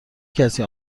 کسی